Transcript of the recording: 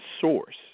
source